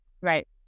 Right